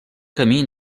camí